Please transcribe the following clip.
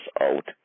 out